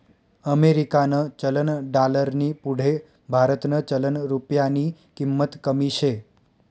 अमेरिकानं चलन डालरनी पुढे भारतनं चलन रुप्यानी किंमत कमी शे